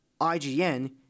IGN